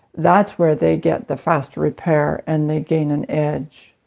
that's where they get the fast repair and they gain an edge,